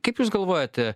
kaip jūs galvojate